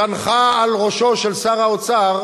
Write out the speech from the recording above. צנחה על ראשו של שר האוצר,